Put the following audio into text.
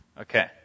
Okay